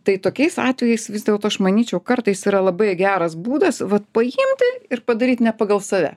tai tokiais atvejais vis dėlto aš manyčiau kartais yra labai geras būdas vat paimti ir padaryt ne pagal save